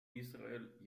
israel